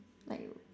like